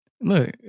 Look